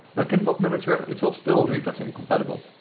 back in mod manager it will still read as incompatible.